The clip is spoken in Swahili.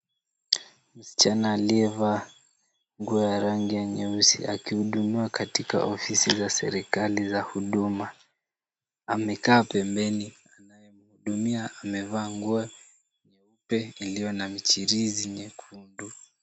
Msichana aliyevaa nguo ya rangi ya nyeusi akihudumiwa katika ofisi za serikali za huduma, amekaa pembeni anayemhudumia amevaa nguo nyeupe iliyo na michirizi miekundu.